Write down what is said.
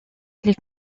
les